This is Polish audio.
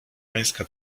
pańska